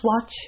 watch